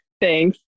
Thanks